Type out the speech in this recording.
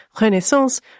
Renaissance